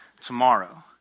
tomorrow